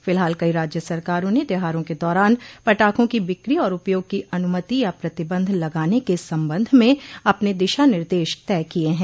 फिलहाल कई राज्य सरकारों ने त्योहारों के दौरान पटाखों की बिक्री और उपयोग की अनुमति या प्रतिबंध लगाने के संबंध में अपने दिशा निर्देश तय किए हैं